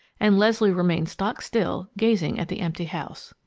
and leslie remained stock still, gazing at the empty house.